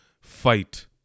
fight